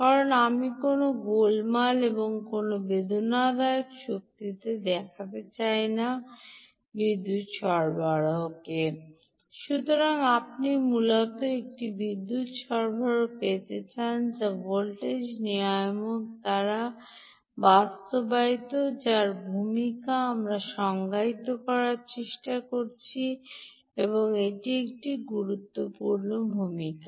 কারণ আপনি কোনও গোলমাল এবং কোনও বেদনাদায়ক শক্তিতে দেখতে চান না বিদ্যুৎ সরবরাহ সুতরাং আপনি মূলত একটি বিদ্যুৎ সরবরাহ পেতে চান যার ভোল্টেজ নিয়ামক দ্বারা বাস্তবায়িত যার ভূমিকা আমরা সংজ্ঞায়িত করার চেষ্টা করছি এটি একটি গুরুত্বপূর্ণ ভূমিকা